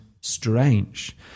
strange